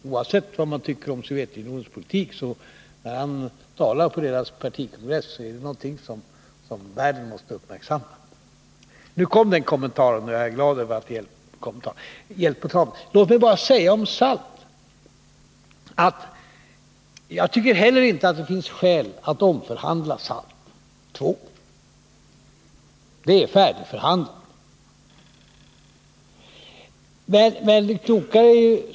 Oavsett vad man tycker om Sovjetunionens politik, så är Bresjnevs tal på partikongressen någonting som världen måste uppmärksamma. Nu kom den kommentaren, och jag är glad över att jag har hjälpt den på traven. Låt mig bara säga om SALT att jag inte heller tycker att det finns skäl att omförhandla SALT 2. Det är färdigförhandlat.